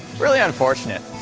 really unfortunate.